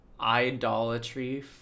idolatry